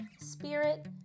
spirit